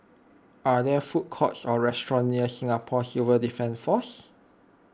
are there food courts or restaurants near Singapore Civil Defence force